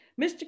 Mr